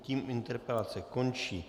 Tím interpelace končí.